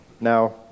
Now